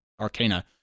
arcana